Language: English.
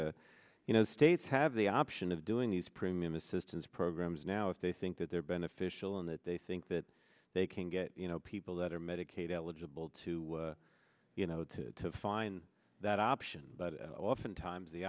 context you know states have the option of doing these premium assistance programs now if they think that they're beneficial in that they think that they can get you know people that are medicaid eligible to you know to find that option but oftentimes the